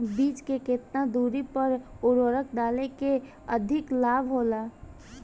बीज के केतना दूरी पर उर्वरक डाले से अधिक लाभ होला?